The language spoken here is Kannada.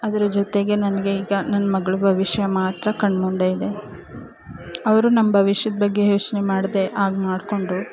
ಅದ್ರ ಜೊತೆಗೆ ನನಗೆ ಈಗ ನನ್ನ ಮಗಳ ಭವಿಷ್ಯ ಮಾತ್ರ ಕಣ್ಮುಂದೆ ಇದೆ ಅವರು ನಮ್ಮ ಭವಿಷ್ಯದ ಬಗ್ಗೆ ಯೋಚನೆ ಮಾಡದೆ ಹಾಗ್ ಮಾಡಿಕೊಂಡ್ರು